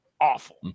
awful